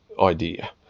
idea